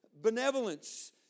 Benevolence